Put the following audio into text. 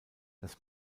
dass